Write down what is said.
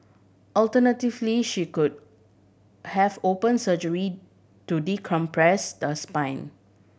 alternatively she could have open surgery to decompress the spine